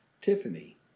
Tiffany